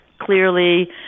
clearly